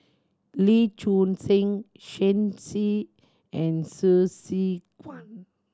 Lee Choon Seng Shen Xi and Hsu Tse Kwang